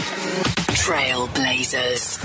Trailblazers